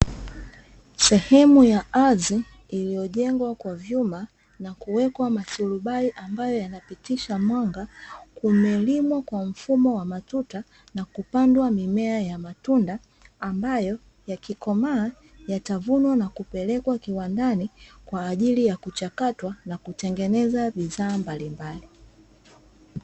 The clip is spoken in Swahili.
Sehemu ya ardhii iliyojengwa kwa vyuma na kuwekwa maturibai ambayo yanapitisha mwanga, kumelimwa kwa mfumo wamatuta na kupandwa mimea ya matunda, ambayo yakikomaa yatavunwa na kupelekwa kiwandani kwaajili ya kuchakatwa na kutengeneza bidhaa mbalimbali.